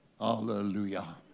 Hallelujah